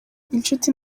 inshuti